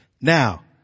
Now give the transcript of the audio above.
Now